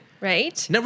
Right